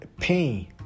pain